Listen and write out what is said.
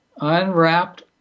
unwrapped